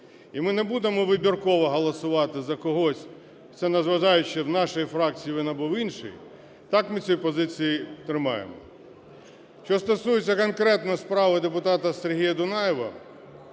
і ми не будемо вибірково голосувати за когось це, незважаючи в нашій фракції він або в іншій, так ми ці позиції тримаємо. Що стосується конкретно справи депутата Сергія Дунаєва,